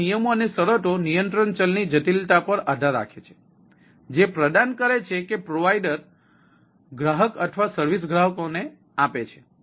SLA માં નિયમો અને શરતો નિયંત્રણ ચલની જટિલતા પર આધાર રાખે છે જે પ્રદાન કરે છે કે પ્રોવાઇડર ગ્રાહક અથવા સર્વિસ ગ્રાહકોને આપે છે